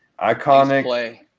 iconic